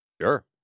Sure